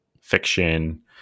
fiction